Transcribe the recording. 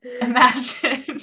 imagine